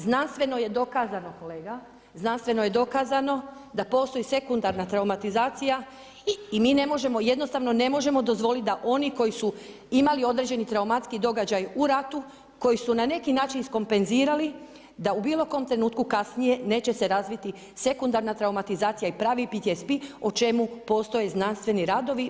Znanstveno je dokazano kolega, znanstveno je dokazano da postoji sekundarna traumatizacija i mi ne možemo, jednostavno ne možemo dozvoliti da oni koji su imali određeni traumatski događaj u ratu, koji su na neki način iskompenzirali da u bilo kom trenutku kasnije neće se razviti sekundarna traumatizacija i pravi PTSP o čemu postoje znanstveni radovi.